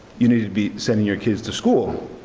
you need to be sending your kids to school.